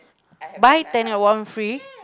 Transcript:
buy ten get one free